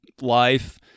life